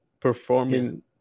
performing